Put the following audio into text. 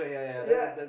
yea